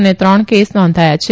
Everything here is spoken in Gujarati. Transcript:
અને ત્રણ કેસ નોંધાયા છે